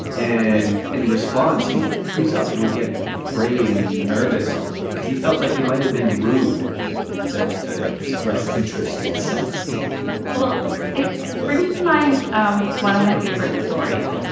and in response he would freeze up he would get afraid and nervous because he felt like you might have been rude to to express interest in sex well it brings to mind um one of my favorite stories.